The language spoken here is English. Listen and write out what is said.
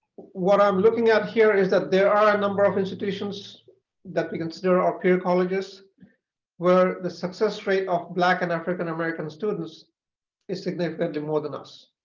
what i'm looking at here is that there are a number of institutions that we consider our peer colleges where the success rate of black and african-american students is significantly more than us.